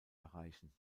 erreichen